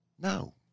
No